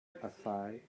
aside